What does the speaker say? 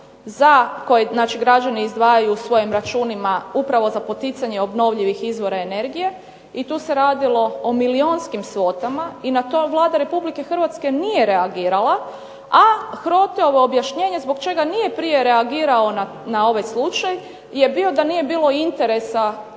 za koje znači građani izdvajaju u svojim računima upravo za poticanje obnovljivih izvora energije i tu se radilo o milijonskim svotama i na to Vlada Republike Hrvatske nije reagirala, a HROTE-ovo objašnjenje zbog čega nije prije reagirao na ovaj slučaj je bio da nije bilo interesa